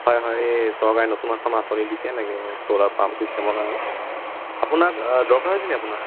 হয় হয় এই চৰকাৰে নতুন এখন আঁচনি দিছে এনেকৈ চ'লাৰ পাম্প ছিষ্টেমৰ কাৰণে আপোনাক দৰকাৰ হৈছে নেকি আপোনাৰ